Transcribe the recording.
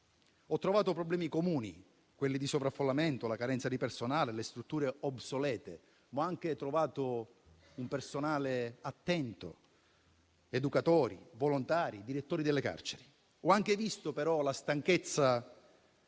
ho trovato problemi comuni: il sovraffollamento, la carenza di personale e le strutture obsolete. Ma ho anche trovato un personale attento: educatori, volontari, direttori delle carceri. Ho anche visto, però, la stanchezza